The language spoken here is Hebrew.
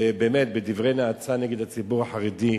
ובאמת בדברי נאצה נגד הציבור החרדי.